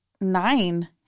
nine